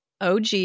OG